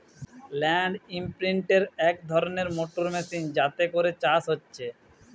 land ইমপ্রিন্টের এক ধরণের মোটর মেশিন যাতে করে চাষ হচ্ছে